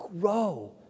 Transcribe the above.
grow